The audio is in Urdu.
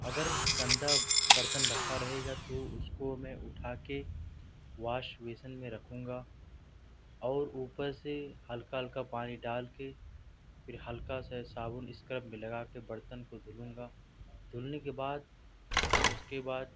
اگر گندا برتن رکھا رہے گا تو اس کو میں اٹھا کے واش بیسن میں رکھوں گا اور اوپر سے ہلکا ہلکا پانی ڈال کے پھر ہلکا سا صابن اسکرب میں لگا کے برتن کو دھلوں گا دھلنے کے بعد اس کے بعد